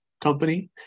company